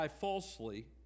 falsely